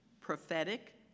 prophetic